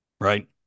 right